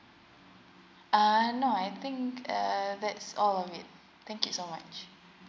uh no I think err that's all yeah thank you so much